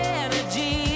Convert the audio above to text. energy